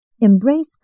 embrace